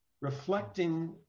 reflecting